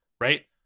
right